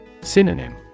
Synonym